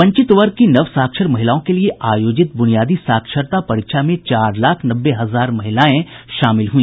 वंचित वर्ग की नव साक्षर महिलाओं के लिए आयोजित बुनियादी साक्षरता परीक्षा में चार लाख नब्बे हजार महिलाएं शामिल हुई